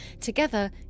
Together